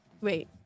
wait